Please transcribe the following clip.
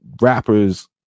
rappers